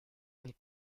del